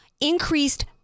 increased